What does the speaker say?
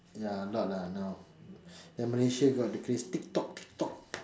ya a lot lah now the Malaysia got the craze Tik Tok Tik Tok